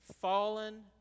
fallen